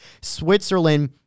Switzerland